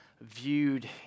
viewed